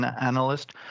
analyst